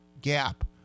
gap